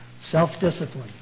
self-discipline